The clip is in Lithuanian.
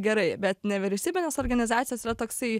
gerai bet nevyriausybinės organizacijos yra toksai